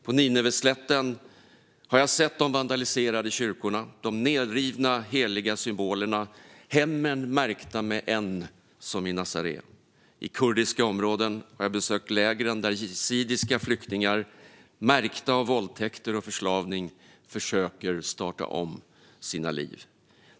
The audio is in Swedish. På Nineveslätten har jag sett de vandaliserade kyrkorna, de nedrivna heliga symbolerna och hemmen märkta med bokstaven n som i nasaré. I kurdiska områden har jag besökt lägren där yazidiska flyktingar, märkta av våldtäkter och förslavning, försöker starta om sina liv.